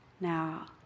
Now